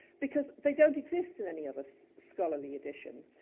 because they don't exist in any other scholarly edition.